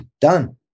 done